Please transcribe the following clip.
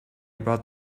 about